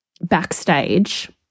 backstage